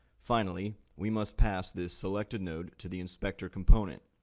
finally, we must pass this selected node to the inspector component.